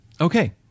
Okay